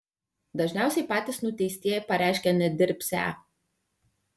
dažniausiai patys nuteistieji pareiškia nedirbsią